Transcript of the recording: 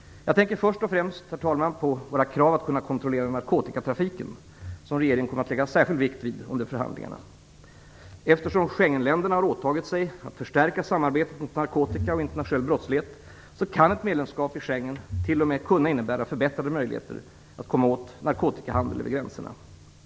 Jag tänker först och främst, herr talman, på våra krav att kunna kontrollera narkotikatrafiken, som regeringen kommer att lägga särskild vikt vid under förhandlingarna. Eftersom Schengenländerna har åtagit sig att förstärka samarbetet mot narkotika och internationell brottslighet, kan ett medlemskap i Schengensamarbetet t.o.m. innebära förbättrade möjligheter att komma åt bl.a. narkotikahandeln över gränserna.